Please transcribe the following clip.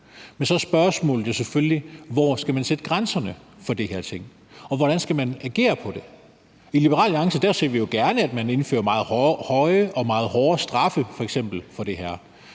men så er spørgsmålet jo selvfølgelig, hvor man skal sætte grænserne for de her ting, og hvordan man skal agere på det. I Liberal Alliance ser vi jo gerne, at man indfører meget høje og meget hårde straffe for f.eks.